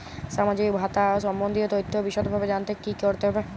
সামাজিক ভাতা সম্বন্ধীয় তথ্য বিষদভাবে জানতে কী করতে হবে?